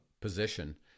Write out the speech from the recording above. position